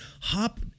HOP